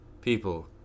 people